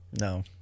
No